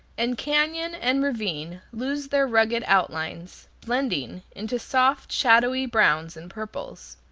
and canon and ravine lose their rugged outlines, blending into soft, shadowy browns and purples.